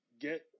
get